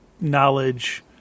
knowledge